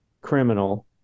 criminal